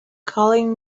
calling